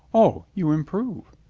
o, you improve,